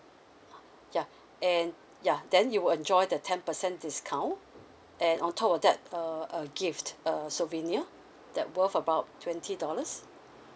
ya and ya then you will enjoy the ten percent discount and on top of that a a gift a souvenir that worth about twenty dollars